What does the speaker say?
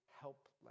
helpless